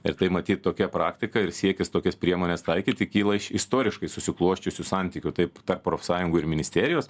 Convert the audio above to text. ir tai matyt tokia praktika ir siekis tokias priemones taikyti kyla iš istoriškai susiklosčiusių santykių taip profsąjungų ir ministerijos